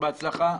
בהצלחה.